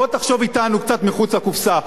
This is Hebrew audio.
בוא תחשוב אתנו קצת מחוץ לקופסה,